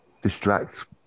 distract